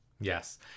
yes